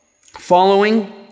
Following